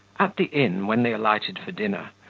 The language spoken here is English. at the inn, when they alighted for dinner,